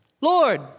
Lord